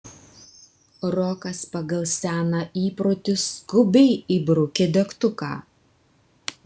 rokas pagal seną įprotį skubiai įbraukė degtuką